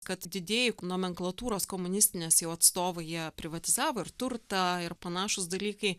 kad didieji nomenklatūros komunistinės jau atstovai jie privatizavo turtą ir panašūs dalykai